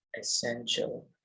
essential